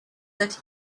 that